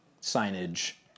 signage